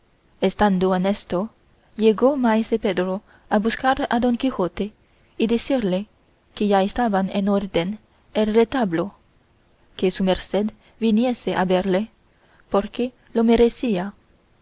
estando en esto llegó maese pedro a buscar a don quijote y decirle que ya estaba en orden el retablo que su merced viniese a verle porque lo merecía